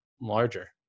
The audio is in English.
larger